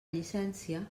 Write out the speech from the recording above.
llicència